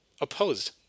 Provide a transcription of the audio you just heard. opposed